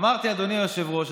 אמרתי: אדוני היושב-ראש,